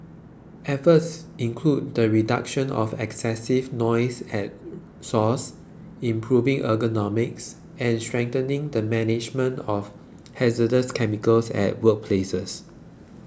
efforts include the reduction of excessive noise at source improving ergonomics and strengthening the management of hazardous chemicals at workplaces